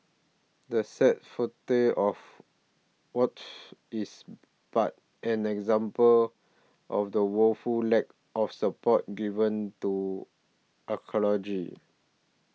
the sad fate of Wot is but an example of the woeful lack of support given to archaeology